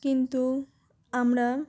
কিন্তু আমরা